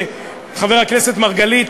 חבר הכנסת מרגלית,